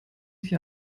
sich